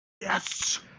Yes